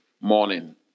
morning